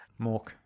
Mork